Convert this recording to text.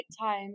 time